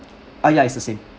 ah ya is the same